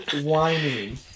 whining